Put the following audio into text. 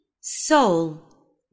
soul